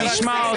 נשמע אותם.